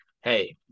hey